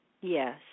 Yes